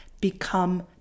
become